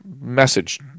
message